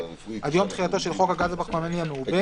עד יום תחילתו של חוק הגז הפחמימני המעובה,